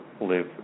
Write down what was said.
live